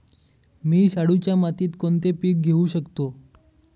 मी शाडूच्या मातीत कोणते पीक घेवू शकतो?